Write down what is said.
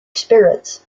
spirits